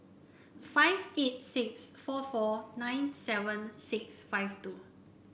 five eight six four four nine seven six five two